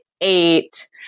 eight